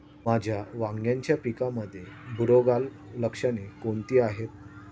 माझ्या वांग्याच्या पिकामध्ये बुरोगाल लक्षणे कोणती आहेत?